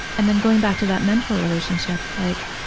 and then going back to that mentor relationship, like,